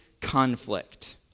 conflict